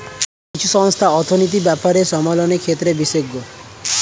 কিছু সংস্থা অর্থনীতির ব্যাপার সামলানোর ক্ষেত্রে বিশেষজ্ঞ